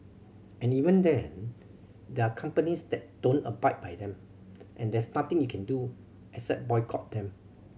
and even then there are companies that don't abide by them and there's nothing you can do except boycott them